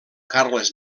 carles